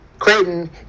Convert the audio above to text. Creighton